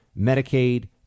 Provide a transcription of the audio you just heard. Medicaid